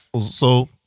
So-